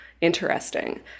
interesting